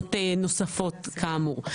למדינות נוספות, כאמור.